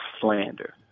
slander